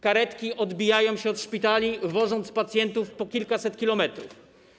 Karetki odbijają się od szpitali, wożąc pacjentów po kilkaset kilometrów.